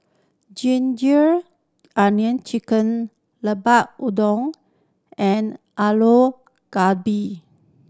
ginger onion chicken Lemper Udang and Aloo Gobi